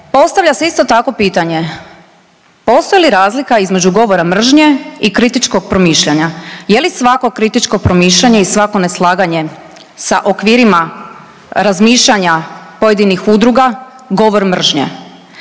Postavlja se isto tako pitanje postoji li razlika između govora mržnje i kritičkog promišljanja. Je li svako kritičko promišljanje i svako neslaganje sa okvirima razmišljanja pojedinih udruga govor mržnje?